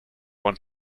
want